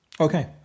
Okay